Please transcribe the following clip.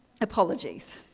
Apologies